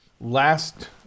Last